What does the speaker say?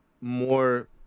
more